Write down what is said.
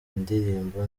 indirimbo